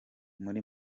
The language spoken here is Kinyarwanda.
muri